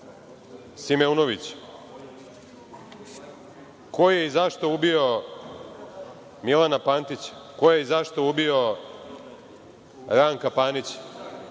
Simeunovića? Ko je i zašto ubio Milana Pantića? Ko je i zašto ubio Ranka Panića?